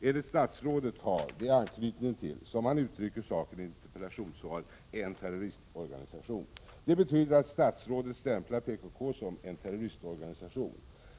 Enligt statsrådet har de anknytningar till — som han uttrycker saken i interpellationssvaret — ”en terroristorganisation”. Det betyder att statsrådet stämplar PKK som en terroristorganisation.